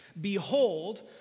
Behold